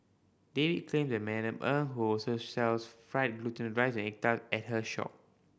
David claims that Madam Eng who also sells fried rice and egg tart at her shop